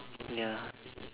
ya